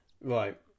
Right